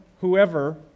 whoever